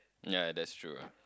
ya that's true ah